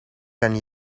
kan